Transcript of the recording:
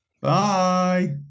Bye